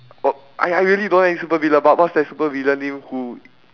oh I I really don't know any super villain but what's that super villain name who